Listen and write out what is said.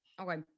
Okay